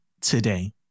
today